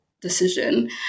decision